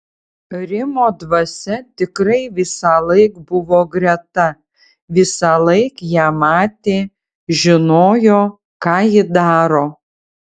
rimo dvasia tikrai visąlaik buvo greta visąlaik ją matė žinojo ką ji daro